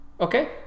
Okay